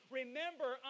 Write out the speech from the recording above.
remember